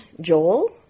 Joel